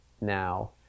now